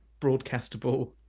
broadcastable